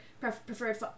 preferred